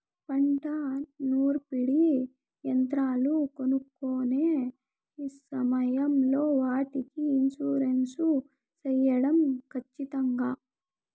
పంట నూర్పిడి యంత్రాలు కొనుక్కొనే సమయం లో వాటికి ఇన్సూరెన్సు సేయడం ఖచ్చితంగా?